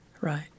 Right